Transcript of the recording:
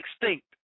extinct